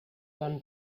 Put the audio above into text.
won